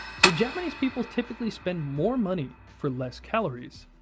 so japanese people typically spend more money for less calories.